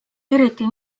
eriti